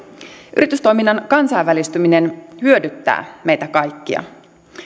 yritystoiminnan kansainvälistyminen hyödyttää meitä kaikkia